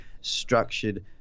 structured